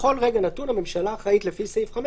בכל רגע נתון הממשלה אחראית, לפי סעיף 5,